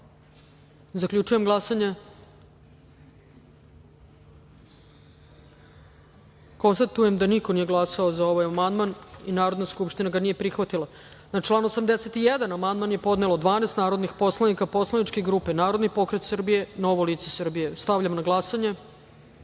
amandman. Zaključujem glasanje: niko nije glasao za ovaj amandman. Narodna skupština ga nije prihvatila. Na član 85. amandman je podnelo 12 narodnih poslanika poslaničke grupe Narodni pokret Srbije – Novo lice Srbije. Stavljam na glasanje